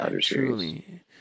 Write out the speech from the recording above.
Truly